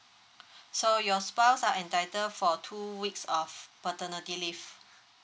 so your spouse are entitle for two weeks of paternity leave